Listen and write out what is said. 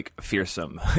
fearsome